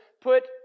put